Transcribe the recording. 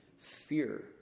fear